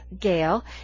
Gail